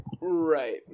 right